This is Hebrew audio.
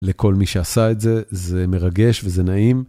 לכל מי שעשה את זה, זה מרגש וזה נעים.